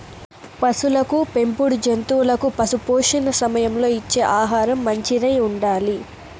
పసులకు పెంపుడు జంతువులకు పశుపోషణ సమయంలో ఇచ్చే ఆహారం మంచిదై ఉండాలి